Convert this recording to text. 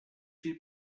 viel